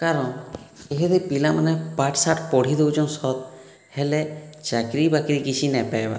କାରଣ ଇହାଦେ ପିଲାମାନେ ପାଠଶାଠ ପଢ଼ି ଦେଉଛନ୍ ସତ ହେଲେ ଚାକିରି ବାକିରି କିଛି ନାଇଁ ପାଇବାର